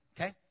okay